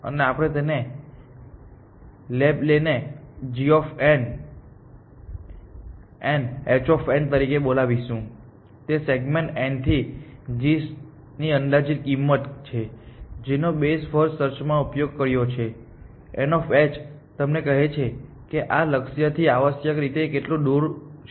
અને આપણે તે લેબલને g h તરીકે બોલાવીશું તે સેગમેન્ટ n થી g ની અંદાજિત કિંમત છે જેનો બેસ્ટ ફર્સ્ટ સર્ચમાં ઉપયોગ કર્યો છે કે n તમને કહે છે કે આ લક્ષ્ય થી આવશ્યક રીતે કેટલું દૂર છે